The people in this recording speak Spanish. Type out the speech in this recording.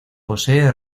posee